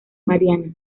marianas